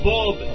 Bob